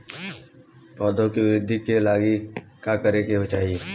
पौधों की वृद्धि के लागी का करे के चाहीं?